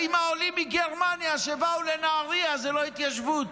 האם העולים מגרמניה שבאו לנהריה זה לא התיישבות?